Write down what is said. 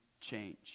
change